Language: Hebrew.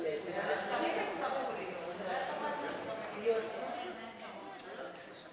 ההצעה לכלול את הנושא בסדר-היום של הכנסת